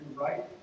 right